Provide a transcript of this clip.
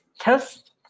test